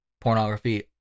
pornography